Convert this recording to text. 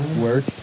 work